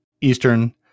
Eastern